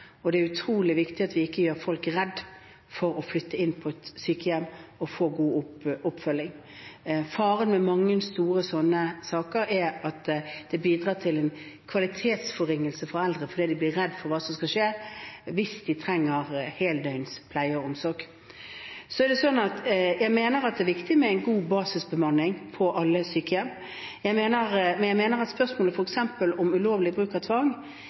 Det er utrolig viktig at vi ikke gjør folk redde for å flytte inn på sykehjem og få god oppfølging der. Faren ved mange slike store saker er at det bidrar til en kvalitetsforringelse for eldre, fordi de blir redde for hva som skal skje hvis de trenger heldøgns pleie og omsorg. Så mener jeg at det er viktig med en god basisbemanning på alle på sykehjem. Men jeg mener at spørsmålet om f.eks. ulovlig bruk av tvang